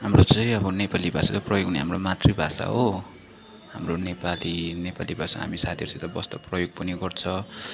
हाम्रो चाहिँ अब नेपाली भाषा प्रयोग हुने हाम्रो मातृभाषा हो हाम्रो नेपाली नेपाली भाषा हामी साथीहरूसित बस्दा प्रयोग पनि गर्छ